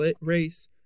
race